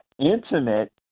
intimate